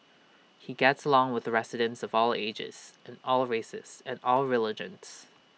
he gets along with residents of all ages and all races and all religions